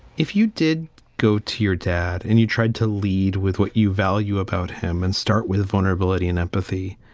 if you did go to your dad and you tried to lead with what you value about him and start with vulnerability and empathy,